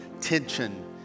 tension